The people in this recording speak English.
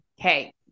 Okay